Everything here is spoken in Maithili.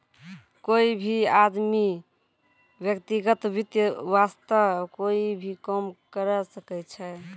कोई भी आदमी व्यक्तिगत वित्त वास्तअ कोई भी काम करअ सकय छै